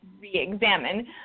re-examine